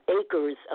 acres